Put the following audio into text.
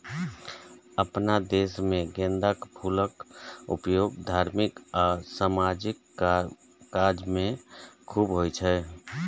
अपना देश मे गेंदाक फूलक उपयोग धार्मिक आ सामाजिक काज मे खूब होइ छै